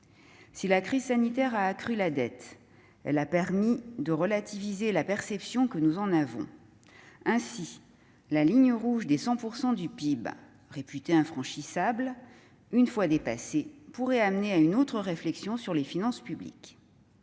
Si la crise sanitaire a accru la dette, elle a permis de relativiser la perception que nous en avons. Une fois dépassée, la ligne rouge des 100 % du PIB, réputée infranchissable, pourrait ainsi conduire à une autre réflexion sur les finances publiques.